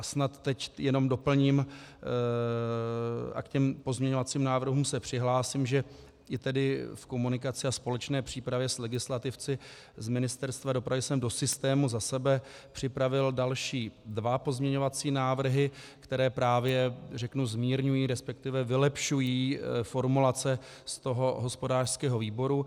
Snad teď jenom doplním a k pozměňovacím návrhům se přihlásím , že tedy v komunikaci a společné přípravě s legislativci z Ministerstva dopravy jsem do systému za sebe připravil další dva pozměňovací návrhy, které zmírňují, resp. vylepšují formulace z hospodářského výboru.